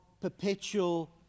perpetual